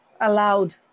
allowed